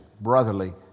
brotherly